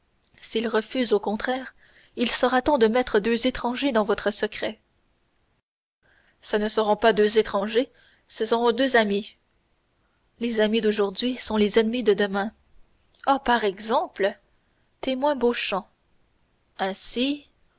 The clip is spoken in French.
s'il refuse au contraire il sera temps de mettre deux étrangers dans votre secret ce ne seront pas deux étrangers ce seront deux amis les amis d'aujourd'hui sont les ennemis de demain oh par exemple témoin beauchamp ainsi